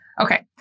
okay